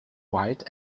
white